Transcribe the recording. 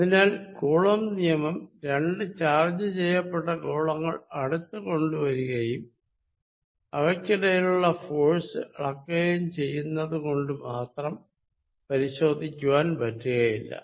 അതിനാൽ കൂലംബ് നിയമം രണ്ടു ചാർജ് ചെയ്യപ്പെട്ട ഗോളങ്ങൾ അടുത്ത് കൊണ്ടുവരികയും അവയ്ക്കിടയിലുള്ള ഫോഴ്സ് അളക്കുകയും ചെയ്യുന്നത്കൊണ്ട് മാത്രം പരിശോധിക്കുവാൻ പറ്റുകയില്ല